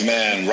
Man